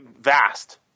vast